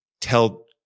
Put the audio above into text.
tell